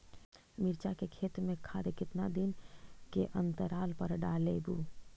मिरचा के खेत मे खाद कितना दीन के अनतराल पर डालेबु?